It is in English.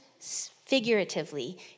figuratively